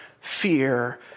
fear